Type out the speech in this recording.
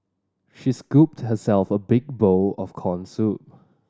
she scooped herself a big bowl of corn soup